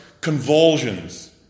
convulsions